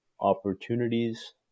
opportunities